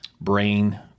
brain